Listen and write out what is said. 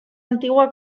antigua